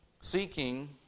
seeking